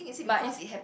but it's